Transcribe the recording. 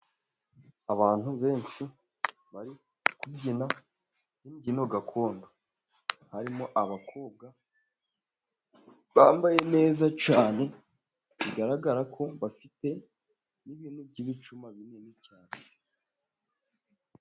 Abantu benshi bari kubyina imbyino gakondo, harimo abakobwa bambaye neza cyane bigaragara ko bafite n'ibintu by'ibicuma binini cyane.